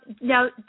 now